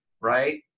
right